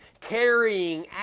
carrying